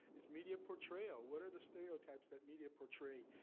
is media portrayal. what are the stereotypes that media portray?